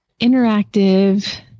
Interactive